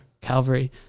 Calvary